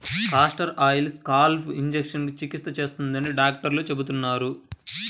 castor oil scalp ఇన్ఫెక్షన్లకు చికిత్స చేస్తుందని డాక్టర్లు చెబుతున్నారు